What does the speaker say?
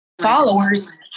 followers